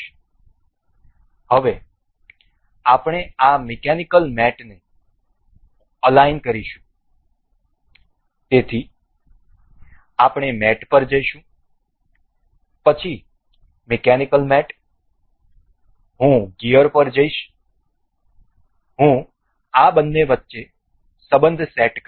તેથી હવે આપણે આ મિકેનિકલ મેટને અલાઈન કરીશું તેથી આપણે મેટ પર જઈશું પછી મિકેનિકલ મેટ હું ગિયર પર જઇશ હું આ બંને વચ્ચે સંબંધ સેટ કરીશ